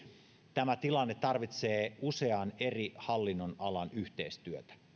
tämä tilanne tarvitsee usean eri hallinnonalan yhteistyötä